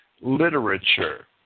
literature